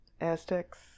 Aztecs